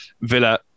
Villa